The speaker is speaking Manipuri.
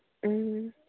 ꯎꯝ